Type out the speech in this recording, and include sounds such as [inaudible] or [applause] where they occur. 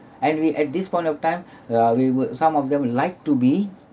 and we at this point of time [breath] uh we would some of them would like to be